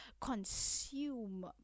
consume